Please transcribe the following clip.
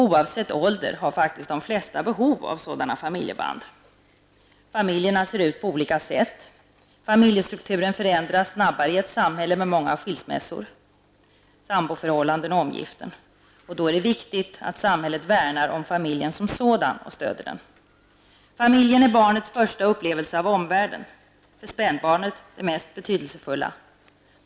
Oavsett ålder har faktiskt de flesta behov av sådana familjeband. Familjerna ser ut på olika sätt. Familjestrukturen förändras snabbare i ett samhälle med många skilsmässor, samboförhållanden och omgiften. Då är det viktigt att samhället värnar om familjen som sådan och stöder den. Familjen är barnets första upplevelse av omvärlden, för spädbarnet det mest betydelsefulla.